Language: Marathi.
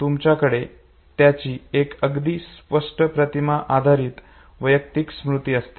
आणि तुमच्याकडे त्याची एक अगदी स्पष्ट प्रतिमा आधारित वैयक्तिक स्मृती असते